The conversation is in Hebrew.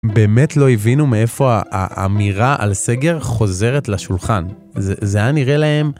באמת לא הבינו מאיפה האמירה על סגר חוזרת לשולחן. זה היה נראה להם...